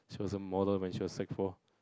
she was a model when she was sec four